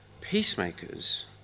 Peacemakers